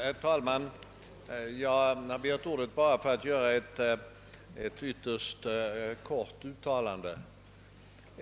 Herr talman! Jag har begärt ordet endast för att göra ett ytterst kort utta lande.